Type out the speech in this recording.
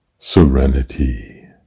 Serenity